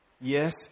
Yes